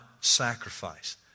sacrifice